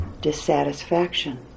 dissatisfaction